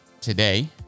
today